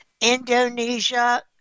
Indonesia